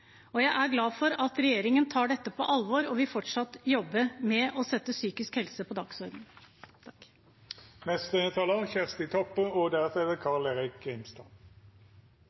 Jeg er glad for at regjeringen tar dette på alvor, og vil fortsatt jobbe med å sette psykisk helse på